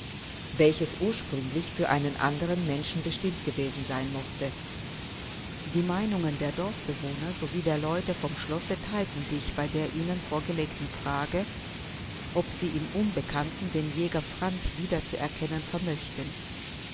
welches ursprünglich für einen andern menschen bestimmt gewesen sein mochte die meinungen der dorfbewohner so wie der leute vom schlosse theilten sich bei der ihnen vorgelegten frage ob sie im unbekannten den jäger franz wiederzuerkennen vermöchten